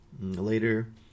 Later